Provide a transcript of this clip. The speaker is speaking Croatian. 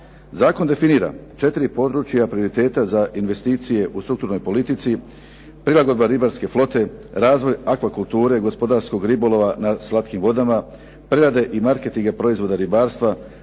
Zakon definira 4 područja prioriteta za investicije u strukturnoj politici, prilagodba ribarske flote, razvoj aqua kulture, gospodarskog ribolova na slatkim vodama, prerade i marketing proizvoda ribarstva,